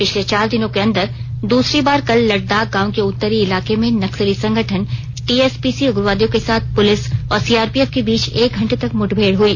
पिछले चार दिनों के अंदर दूसरी बार कल लटदाग गांव के उतरी इलाके में नक्सली संगठन टीएसपीसी उग्रवादियों के साथ पुलिस और सीआरपीएफ के बीच एक घंटे तक मुठभेड़ हुई